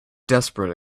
desperate